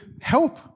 help